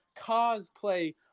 cosplay